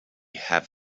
have